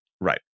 Right